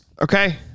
Okay